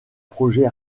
projets